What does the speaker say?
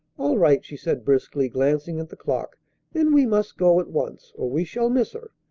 all right, she said briskly, glancing at the clock then we must go at once, or we shall miss her.